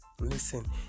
Listen